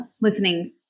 listening